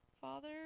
father